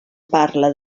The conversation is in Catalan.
parla